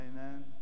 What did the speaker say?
Amen